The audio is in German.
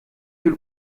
viel